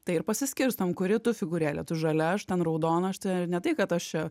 tai ir pasiskirstom kuri tu figūrėlė tu žalia aš ten raudona aš tai ar ne tai kad aš čia